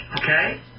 Okay